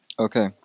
Okay